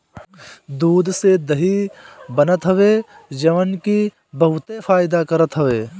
दूध से दही बनत हवे जवन की बहुते फायदा करत हवे